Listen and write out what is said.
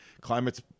Climate's